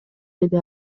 деди